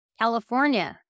California